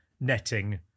netting